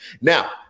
Now